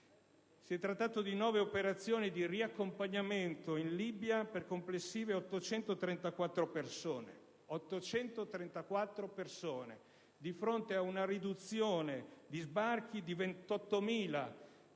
si è trattato di nove operazioni di riaccompagnamento in Libia per complessive 834 persone. A fronte di una riduzione di sbarchi pari a